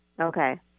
Okay